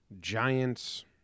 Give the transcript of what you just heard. Giants